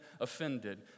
offended